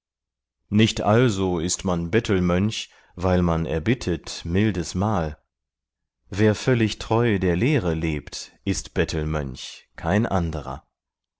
nicht also ist man bettelmönch weil man erbittet mildes mahl wer völlig treu der lehre lebt ist bettelmönch kein anderer